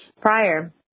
prior